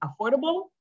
affordable